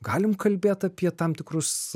galim kalbėt apie tam tikrus